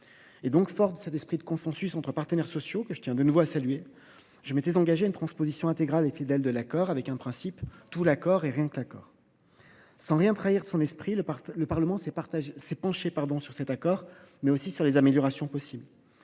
Fort de cet esprit de consensus entre les partenaires sociaux, que je tiens de nouveau à saluer, je m’étais engagé à une transposition intégrale et fidèle de l’accord selon le principe « tout l’accord et rien que l’accord ». Sans rien trahir de son esprit, le Parlement s’est penché sur le texte et sur des améliorations possibles.